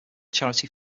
charity